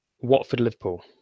Watford-Liverpool